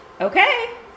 okay